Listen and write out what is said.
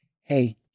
hey